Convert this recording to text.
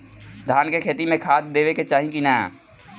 धान के खेती मे खाद देवे के चाही कि ना?